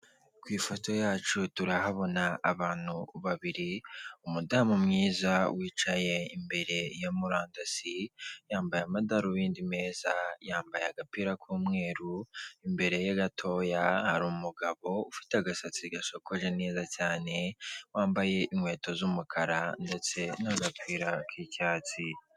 Ku ifoto yacu turahabona abantu babiri umudamu mwiza wicaye imbere ya murandasi yambaye amadarubindi meza yambaye agapira k'umweru imbere gatoya hari umugabo ufite agasatsi gashokoje neza cyane wambaye inkweto z'umukara ndetse n'agapira k'icyatsi.